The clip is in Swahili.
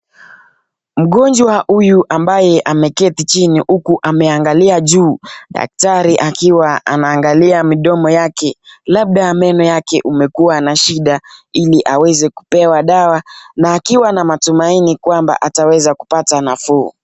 Mgonjwa huyu ambaye ameketi chini uku ameangalia juu, daktari akiwa anaangalia midomo yake labda meno yake umekuwa na shida ili aweze kupewa dawa na akiwa na matumaini kwamba ataweza kupata nafuu.